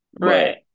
right